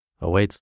awaits